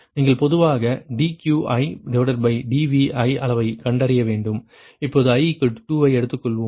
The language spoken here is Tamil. நீங்கள் பொதுவாக dQidVi அளவைக் கண்டறிய வேண்டும் இப்போது i 2 ஐ எடுத்துள்ளோம்